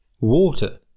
water